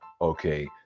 okay